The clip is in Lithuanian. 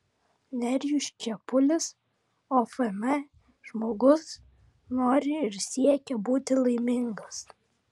nerijus čepulis ofm žmogus nori ir siekia būti laimingas